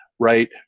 right